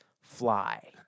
fly